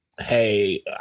hey